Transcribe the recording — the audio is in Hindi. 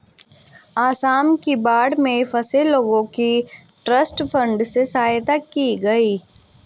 आसाम की बाढ़ में फंसे लोगों की ट्रस्ट फंड से सहायता की गई